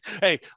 Hey